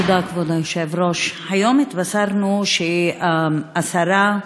כבוד היושב-ראש, תודה, היום התבשרנו שהשרה,